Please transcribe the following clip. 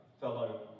fellow